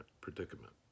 predicament